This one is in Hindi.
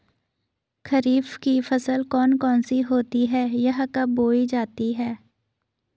खरीफ की फसल कौन कौन सी होती हैं यह कब बोई जाती हैं?